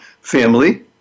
Family